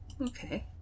Okay